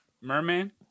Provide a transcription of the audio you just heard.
Merman